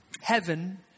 Heaven